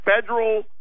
Federal